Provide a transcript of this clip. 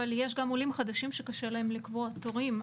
אבל יש עולים חדשים שקשה להם לקבוע תורים.